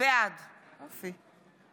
בעד